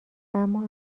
اما